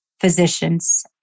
physicians